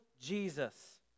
Jesus